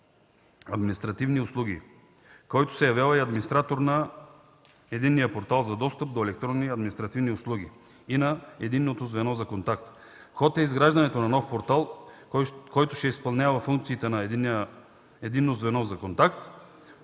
административни услуги, който се явява и администратор на Единния портал за достъп до електронни административни услуги и на Единното звено за контакт. В ход е изграждането на нов портал, който ще изпълнява функциите на Единно звено за контакт,